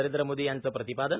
नरेंद्र मोदी यांचं प्रतिपादन